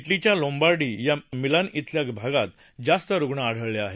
क्रीच्या Lombardy या Milan इथल्या भागात जास्त रुग्ण आढळले आहेत